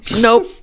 Nope